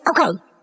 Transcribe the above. okay